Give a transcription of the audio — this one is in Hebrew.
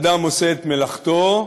אדם עושה את מלאכתו,